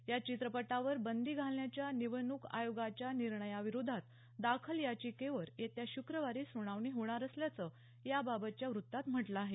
या चित्रपटावर बंदी घालण्याच्या निवडणूक आयोगाच्या निर्णया विरोधात दाखल याचिकेवर येत्या शुक्रवारी सुनावणी होणार असल्याचं याबाबतच्या व्त्तात म्हटलं आहे